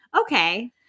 Okay